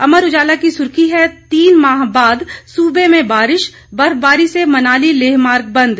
अमर उजाला की सुर्खी है तीन माह बाद सूबे में बारिश बर्फबारी से मनाली लेह मार्ग बंद